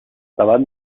davant